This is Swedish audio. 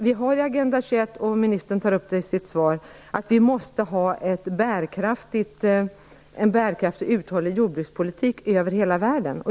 Vi har Agenda 21, och ministern tar upp i sitt svar att vi måste ha en bärkraftig och uthållig jordbrukspolitik över hela världen.